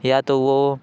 یا تو وہ